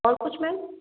और कुछ मैम